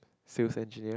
sales engineer